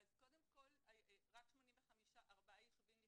אז קודם כל רק 84 ישובים מתוך כמעט 270 ישובים